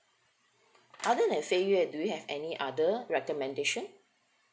other than fei yue do you have any other recommendation